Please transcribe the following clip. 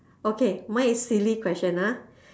okay mine is silly question ah